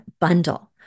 bundle